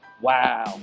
wow